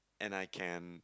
and I can